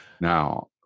Now